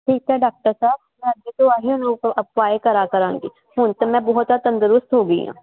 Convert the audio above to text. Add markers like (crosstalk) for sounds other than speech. ਠੀਕ ਐ ਡਾਕਟਰ ਸਾਹਿਬ ਅੱਜ ਤੋਂ ਆ ਹੀ (unintelligible) ਹੁਣ ਤਾਂ ਮੈਂ ਬਹੁਤ ਜਿਆਦਾ ਤੰਦਰੁਸਤ ਹੋ ਗਈ ਆ